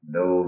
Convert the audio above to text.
no